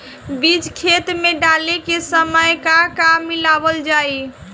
बीज खेत मे डाले के सामय का का मिलावल जाई?